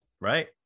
right